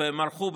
והם מרחו,